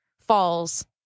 falls